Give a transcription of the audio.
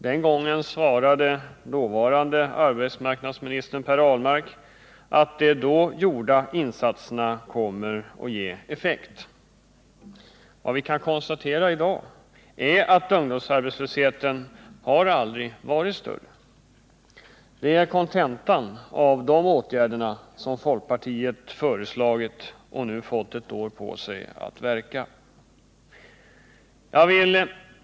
Den gången svarade dåvarande arbetsmarknadsministern Per Ahlmark att de då gjorda insatserna skulle ge effekt. Vad vi kan konstatera i dag är att ungdomsarbetslösheten aldrig har varit större. Det är kontentan av de åtgärder som folkpartiet föreslagit, vilka nu haft ett år på sig att verka.